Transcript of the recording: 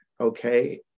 okay